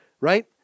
Right